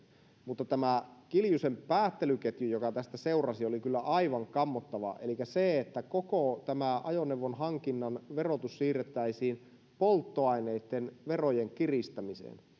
mutta tämä kiljusen päättelyketju joka tästä seurasi oli kyllä aivan kammottava elikkä se että koko tämä ajoneuvon hankinnan verotus siirrettäisiin polttoaineitten verojen kiristämiseen